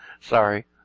Sorry